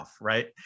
right